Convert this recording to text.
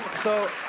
so